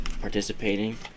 participating